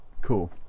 Cool